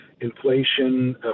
inflation